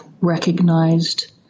recognized